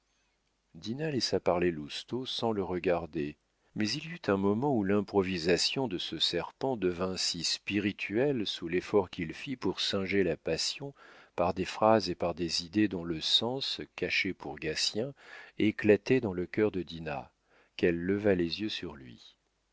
laissa parler lousteau sans le regarder mais il y eut un moment où l'improvisation de ce serpent devint si spirituelle sous l'effort qu'il fit pour singer la passion par des phrases et par des idées dont le sens caché pour gatien éclatait dans le cœur de dinah qu'elle leva les yeux sur lui